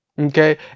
Okay